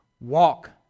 Walk